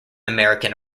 american